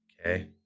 Okay